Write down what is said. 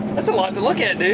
that's a lot to look at, dude.